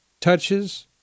touches